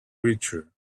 creature